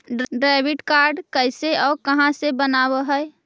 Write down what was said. Debit card कैसे और कहां से बनाबे है?